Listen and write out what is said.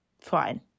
fine